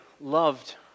loved